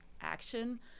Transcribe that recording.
action